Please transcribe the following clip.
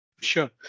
Sure